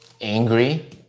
angry